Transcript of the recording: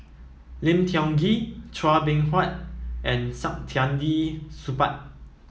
Lim Tiong Ghee Chua Beng Huat and Saktiandi Supaat